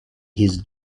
his